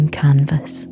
canvas